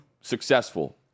successful